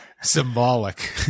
Symbolic